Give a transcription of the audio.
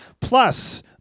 Plus